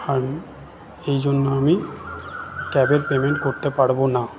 আর এই জন্য আমি ক্যাবের পেমেন্ট করতে পারবো না